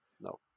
no